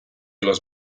los